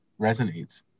resonates